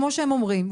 כמו שהם אומרים,